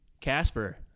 Casper